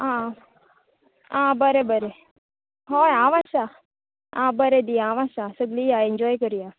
आ आं बरे बरे हय हांव आसा आ बरे दी हांव आसा सगली या ऍंजॉय करया